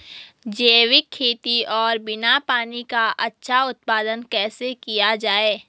जैविक खेती और बिना पानी का अच्छा उत्पादन कैसे किया जाए?